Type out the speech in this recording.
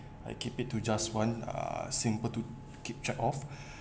I keep it to just one uh simple to keep track of